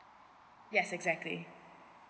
yes exactly